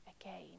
again